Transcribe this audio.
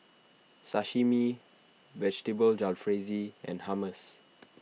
Sashimi Vegetable Jalfrezi and Hummus